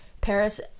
Paris